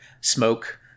smoke